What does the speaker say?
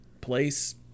place